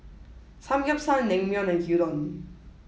Samgyeopsal Naengmyeon and Gyudon